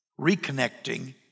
Reconnecting